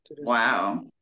Wow